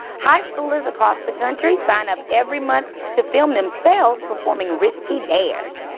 high schoolers across the country sign up every month to film themselves performing risky dares.